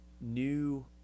new